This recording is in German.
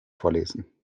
vorlesen